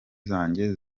zanjye